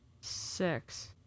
six